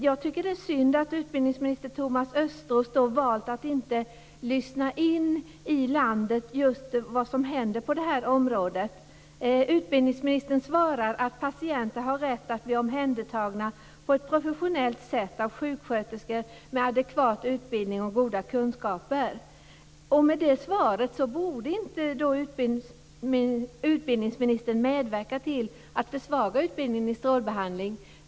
Jag tycker att det är synd att utbildningsminister Thomas Östros valt att inte lyssna in i landet efter vad som händer på det här området. Utbildningsministern svarar att patienter har rätt att bli omhändertagna på ett professionellt sätt av sjuksköterskor med adekvat utbildning och goda kunskaper. Med det svaret borde inte utbildningsministern medverka till att försvaga utbildningen i strålbehandling.